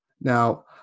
Now